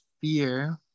fear